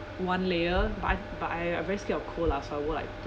one layer but I but I I very scared of cold lah so I wore like